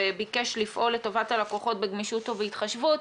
וביקש לפעול לטובת הלקוחות בגמישות ובהתחשבות.